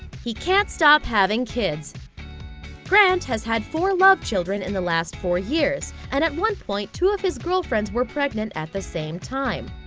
he can't stop having kids grant has had four love children in the last four years, and at one point, two of his girlfriends were pregnant at the same time.